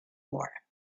war